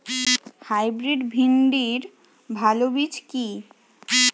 Hybrid ভিন্ডির ভালো বীজ কি?